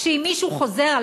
אם הם יצעקו.